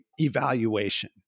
evaluation